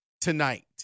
tonight